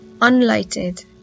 unlighted